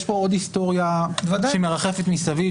יש פה עוד היסטוריה שמרחפת מסביב,